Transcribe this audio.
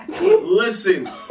Listen